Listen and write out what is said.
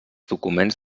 documents